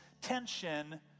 tension